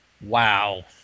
Wow